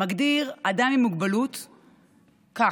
מגדיר אדם עם מוגבלות כך: